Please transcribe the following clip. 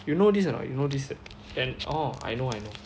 you know this or not you know this then orh I know I know